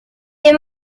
des